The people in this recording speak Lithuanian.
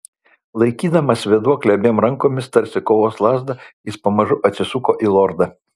laikydamas vėduoklę abiem rankomis tarsi kovos lazdą jis pamažu atsisuko į lordą